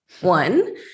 one